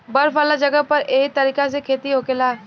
बर्फ वाला जगह पर एह तरीका से खेती होखेला